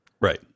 Right